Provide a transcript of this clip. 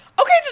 Okay